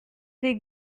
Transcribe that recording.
des